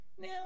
now